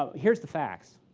um here's the facts.